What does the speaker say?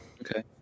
Okay